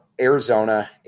Arizona